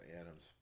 Adams